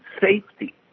safety